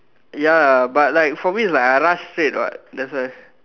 ya but like for me is like I rush straight what that's why